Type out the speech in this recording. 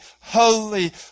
holy